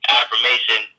affirmation